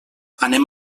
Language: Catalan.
anem